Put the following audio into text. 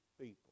people